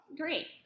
Great